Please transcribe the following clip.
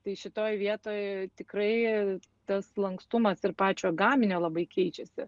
tai šitoj vietoj tikrai tas lankstumas ir pačio gaminio labai keičiasi